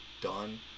done